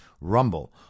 Rumble